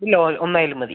ഇല്ല ഒന്നായാലും മതി